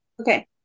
okay